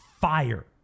fire